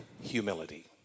humility